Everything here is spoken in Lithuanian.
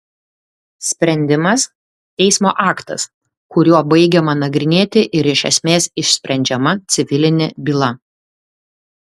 sprendimas teismo aktas kuriuo baigiama nagrinėti ir iš esmės išsprendžiama civilinė byla